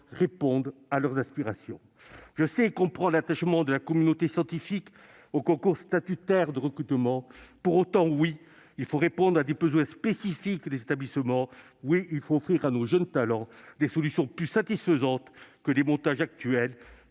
répondent à leurs aspirations. Je sais et comprends l'attachement de la communauté scientifique aux concours statutaires de recrutement. Pour autant, oui, il faut répondre à des besoins spécifiques des établissements. Oui, il faut offrir à nos jeunes talents des solutions plus satisfaisantes que les montages actuels,